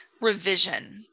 revision